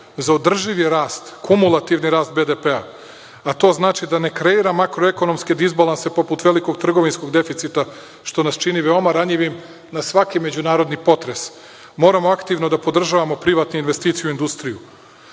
za održivi rast, komulativni rast BDP-a, a to znači da ne kreira makroekonomske dizbalanse poput velikog trgovinskog deficita, što nas čini veoma ranjivim na svaki međunarodni potres, moramo aktivno da podržavamo privatnu investiciju u industriju.U